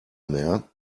mehr